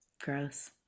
gross